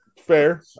fair